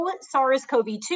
SARS-CoV-2